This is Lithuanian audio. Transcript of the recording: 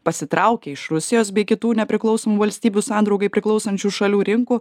pasitraukė iš rusijos bei kitų nepriklausomų valstybių sandraugai priklausančių šalių rinkų